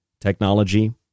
technology